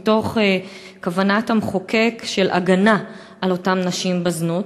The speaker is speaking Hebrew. מתוך כוונת המחוקק להגן על אותן נשים בזנות,